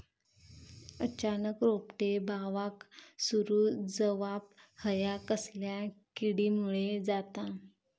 अचानक रोपटे बावाक सुरू जवाप हया कसल्या किडीमुळे जाता?